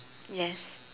yes